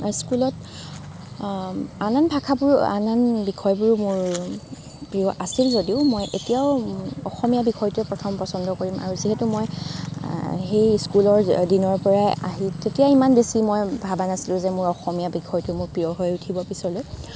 স্কুলত আন আন বিষয়বোৰো মোৰ প্ৰিয় আছিল যদিও মই এতিয়াও অসমীয়া বিষয়টোৱেই প্ৰথম পচণ্ড কৰিম যিহেতু মই সেই স্কুলৰ দিনৰ পৰা আহি তেতিয়া ইমান বেছি মই ভাবা নাছিলোঁ যে অসমীয়া বিষয়টো মোৰ প্ৰিয় হৈ উঠিব পিছলৈ